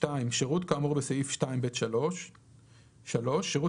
(2)שירות כאמור בסעיף 2(ב)(3); (3)שירות